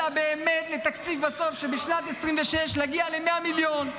אלא באמת לתקציב שבשנת 2026 נגיע ל-100 מיליון,